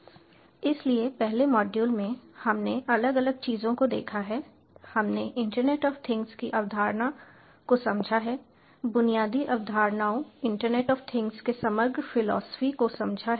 इसलिए पहले मॉड्यूल में हमने अलग अलग चीजों को देखा है हमने इंटरनेट ऑफ थिंग्स की अवधारणा को समझा है बुनियादी अवधारणाओं इंटरनेट ऑफ थिंग्स के समग्र फिलोसोफी को समझा है